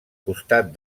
costat